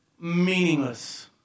meaningless